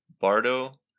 Bardo